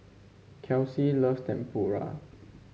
Kelsi loves Tempura